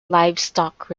livestock